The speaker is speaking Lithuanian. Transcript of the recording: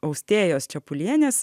austėjos čepulienės